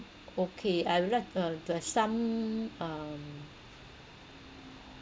okay I'll like uh the some um